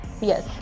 Yes